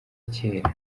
kera